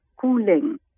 cooling